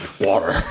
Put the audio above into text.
Water